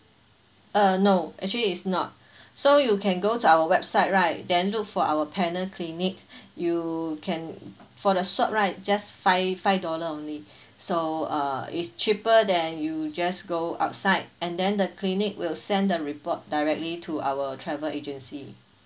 uh no actually it's not so you can go to our website right then look for our panel clinic you can for the shot right just five five dollar only so uh it's cheaper than you just go outside and then the clinic will send the report directly to our travel agency